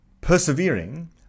persevering